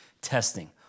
testing